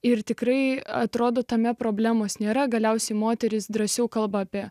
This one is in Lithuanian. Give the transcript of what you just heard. ir tikrai atrodo tame problemos nėra galiausiai moterys drąsiau kalba apie